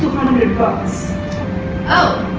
hundred bucks oh,